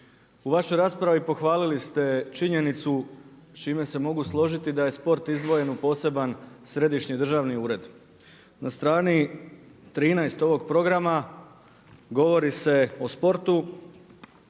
U vašoj raspravi pohvalili ste činjenicu s čime se mogu složiti da je sport izdvojen u poseban središnji državni ured. Na strani 13 ovog programa govori se o sportu.